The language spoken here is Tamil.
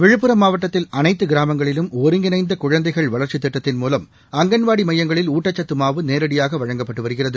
விழுப்புரம் மாவட்டத்தில் அனைத்து கிராமங்களிலும் ஒருங்கிணைந்த குழந்தைகள் வளர்ச்சித் திட்டத்தின் மூலம் அங்கன்வாடி மையங்களில் ஊட்டச்சத்து மாவு நேரடியாக வழங்கப்பட்டு வருகிறது